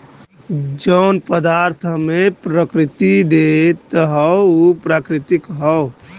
जौन पदार्थ हम्मे प्रकृति देत हौ उ प्राकृतिक हौ